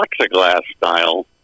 plexiglass-style